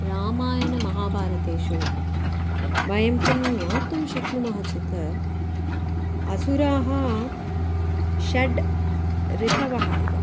रामायणमहाभारतेषु वयं किं ज्ञातुं शक्नुमः चेत् असुराः षड् रिपवः इव